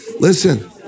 Listen